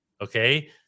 Okay